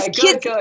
good